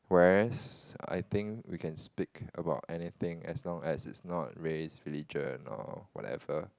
whereas I think we can speak about anything as long as it's not race religion or whatever